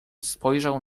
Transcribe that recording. spojrzał